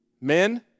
Men